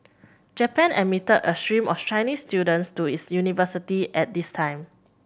Japan admitted a stream of Chinese students to its universities at this time